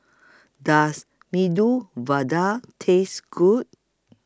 Does Medu Vada Taste Good